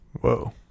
Whoa